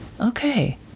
Okay